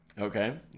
Okay